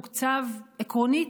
הוא תוקצב עקרונית,